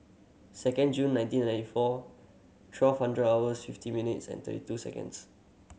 second June nineteen ninety four twelve hundred hours fifty minutes and thirty two seconds